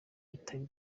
bitari